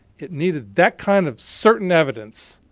it needed that kind of certain evidence